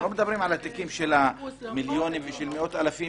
לא מדברים על התיקים של מיליונים ושל מאות אלפים,